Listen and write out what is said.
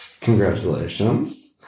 Congratulations